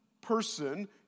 person